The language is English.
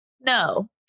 no